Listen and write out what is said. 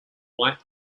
white